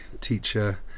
teacher